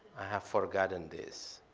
i have forgotten this.